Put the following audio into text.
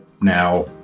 now